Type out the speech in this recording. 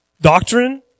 doctrine